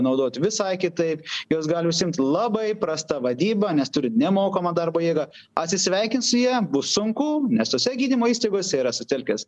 naudot visai kitaip jos gali užsiimt labai prasta vadyba nes turi nemokamą darbo jėgą atsisveikint su ja bus sunku nes tose gydymo įstaigose yra sutelkęs